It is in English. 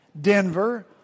Denver